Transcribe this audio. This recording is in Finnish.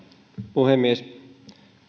puhemies